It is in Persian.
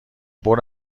برو